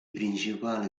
principali